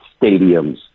stadiums